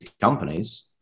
companies